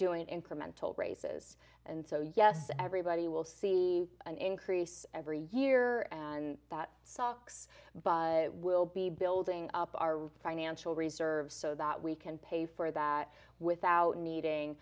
doing incremental raises and so yes everybody will see an increase every year and that sucks but we'll be building up our financial reserves so that we can pay for that without needing